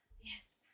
Yes